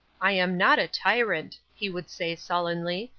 i am not a tyrant, he would say sullenly,